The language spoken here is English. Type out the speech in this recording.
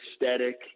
aesthetic